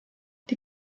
die